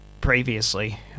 previously